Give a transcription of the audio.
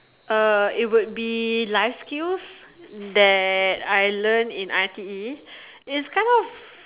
uh it would be life skills that I learn in I_T_E it's kind of